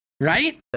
Right